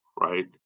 right